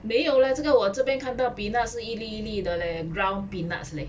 没有 lah 这个我这边看到 peanut 是一粒一粒的 leh ground peanuts leh